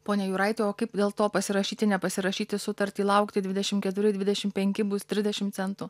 pone jūraiti o kaip dėl to pasirašyti nepasirašyti sutartį laukti dvidešim keturi dvidešim penki bus trisdešim centų